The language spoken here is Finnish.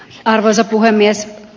arvoisa puhemies